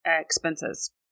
expenses